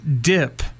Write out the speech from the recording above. dip